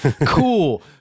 Cool